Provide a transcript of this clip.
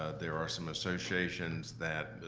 ah there are some associations that